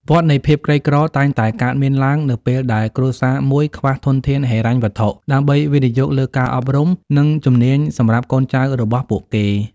វដ្តនៃភាពក្រីក្រតែងតែកើតមានឡើងនៅពេលដែលគ្រួសារមួយខ្វះធនធានហិរញ្ញវត្ថុដើម្បីវិនិយោគលើការអប់រំ និងជំនាញសម្រាប់កូនចៅរបស់ពួកគេ។